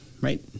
right